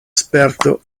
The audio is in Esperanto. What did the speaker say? sperto